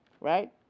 right